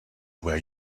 where